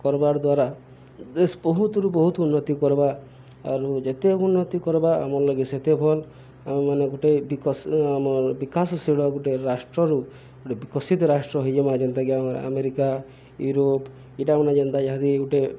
କର୍ବାର୍ ଦ୍ୱାରା ଦେଶ୍ ବହୁତରୁ ବହୁତ ଉନ୍ନତି କରବା ଆରୁ ଯେତେ ଉନ୍ନତି କର୍ବା ଆମର ଲାଗି ସେତେ ଭଲ୍ ଆମ ମାନେ ଗୋଟେ ବିକଶ ଆମ ବିକାଶଶୀଳ ଗୋଟେ ରାଷ୍ଟ୍ରରୁ ଗୋଟେ ବିକଶିତ ରାଷ୍ଟ୍ର ହେଇଯେମା ଯେନ୍ତାକି ଆମ ଆମେରିକା ୟୁରୋପ ଇଟା ମାନେ ଯେନ୍ତା ଯାହାଦି ଗୋଟେ